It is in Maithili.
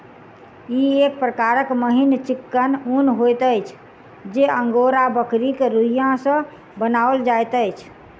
ई एक प्रकारक मिहीन चिक्कन ऊन होइत अछि जे अंगोरा बकरीक रोंइया सॅ बनाओल जाइत अछि